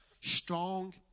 strong